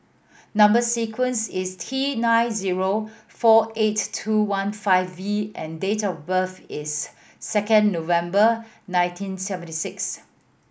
number sequence is T nine zero four eight two one five V and date of birth is second November nineteen seventy six